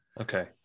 okay